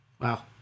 Wow